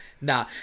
Nah